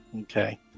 Okay